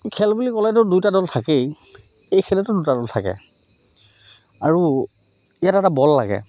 খেল বুলি ক'লেতো দুয়োটা দল থাকেই এই খেলেতো দুটা দল থাকে আৰু ইয়াত এটা বল লাগে